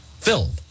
film